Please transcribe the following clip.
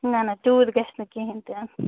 نہَ نہَ تیٛوٗت گَژھِ نہٕ کِہیٖنٛۍ تہِ نہٕ